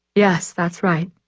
yes that's right.